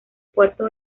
puerto